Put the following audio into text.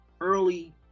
early